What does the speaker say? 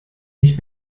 nicht